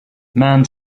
man